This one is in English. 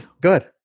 Good